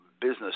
business